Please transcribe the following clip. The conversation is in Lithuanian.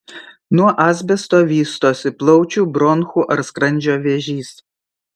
nuo asbesto vystosi plaučių bronchų ar skrandžio vėžys